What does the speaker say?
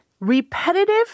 repetitive